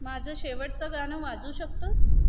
माझं शेवटचं गाणं वाजू शकतोस